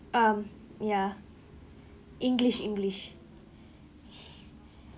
um ya english english